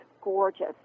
gorgeous